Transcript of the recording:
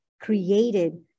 created